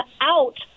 out